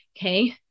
okay